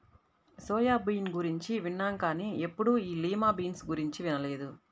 soya bean గురించి విన్నాం కానీ ఎప్పుడూ ఈ లిమా బీన్స్ గురించి వినలేదు